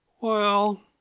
Well